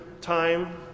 time